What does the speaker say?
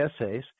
essays